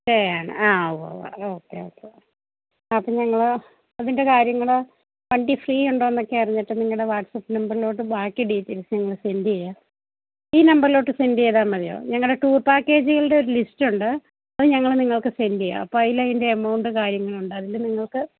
stay ആണ് ആ ഉവ്വ് ഉവ്വ് ഓക്കേ ഓക്കേ ആ പിന്നെ നിങ്ങള് അതിൻ്റെ കാര്യങ്ങള് വണ്ടി ഫ്രീ ഉണ്ടോ എന്നൊക്കെ അറിഞ്ഞിട്ട് നിങ്ങളുടെ വാട്സ്ആപ്പ് നമ്പറിലോട്ട് ബാക്കി ഡീറ്റെയിൽസ് ഞങ്ങള് സെൻറ്റെയ്യാം ഈ നമ്പറിലോട്ട് സെൻറ്റെയ്താല് മതിയോ ഞങ്ങളുടെ ടൂർ പാക്കേജുകളുടെ ഒരു ലിസ്റ്റുണ്ട് അത് ഞങ്ങള് നിങ്ങൾക്ക് സെൻറ്റെയ്യാം അപ്പോള് അതിൽ അതിൻ്റെ എമൗണ്ട് കാര്യങ്ങളുണ്ട് അതില് നിങ്ങള്ക്ക്